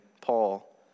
Paul